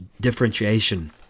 differentiation